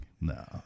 No